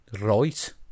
Right